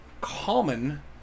common